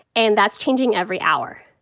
and that's changing every hour.